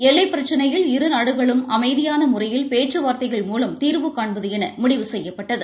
எல்லைப் பிரச்சினையில் இரு நாடுகளும் அமைதியான முறையில் பேச்சுவார்த்தைகள் மூலம் தீர்வு காண்பது என முடிவு செய்யப்பட்டது